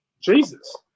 Jesus